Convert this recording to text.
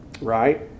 right